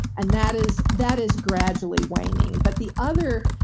and that is that is gradually waning, but the other,